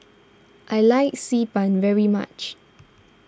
I like Xi Ban very much